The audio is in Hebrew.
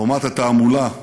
חומת התעמולה ההיסטורית,